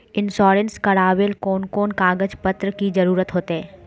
Insurance करावेल कोन कोन कागज पत्र की जरूरत होते?